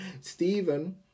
Stephen